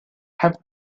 have